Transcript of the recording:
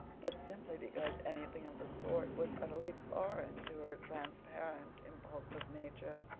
but simply because anything of the sort was utterly foreign to her transparent, impulsive nature,